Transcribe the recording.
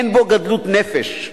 אין בו גדלות נפש.